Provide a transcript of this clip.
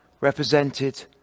represented